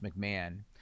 McMahon